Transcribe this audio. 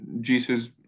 Jesus